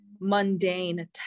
mundane